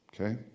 Okay